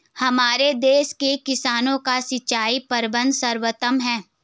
हमारे देश के किसानों का सिंचाई प्रबंधन सर्वोत्तम है